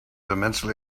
immensely